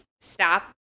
stop